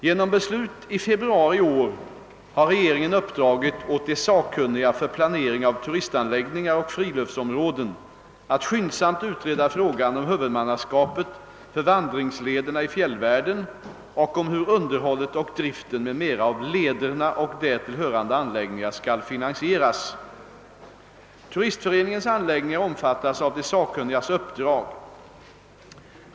Genom beslut i februari i år har regeringen uppdragit åt de sakkunniga för planering av turistanläggningar och friluftsområden m.m. att skyndsamt utreda frågan om huvudmannaskapet för vandringslederna i fjällvärlden och om hur underhållet och driften m.m. av lederna och därtill hörande anläggningar skall finansieras. Turistföreningens anläggningar omfattas av de sakkunnigas uppdrag.